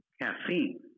caffeine